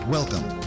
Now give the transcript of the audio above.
Welcome